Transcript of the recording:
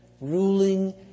ruling